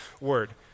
word